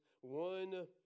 one